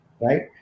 right